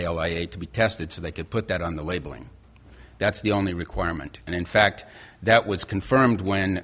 oh i hate to be tested to they could put that on the labeling that's the only requirement and in fact that was confirmed when